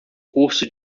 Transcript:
curso